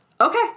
Okay